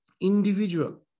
individual